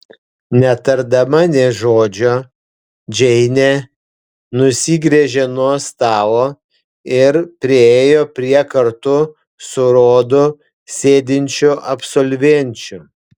netardama nė žodžio džeinė nusigręžė nuo stalo ir priėjo prie kartu su rodu sėdinčių absolvenčių